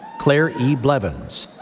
claire e. blevins.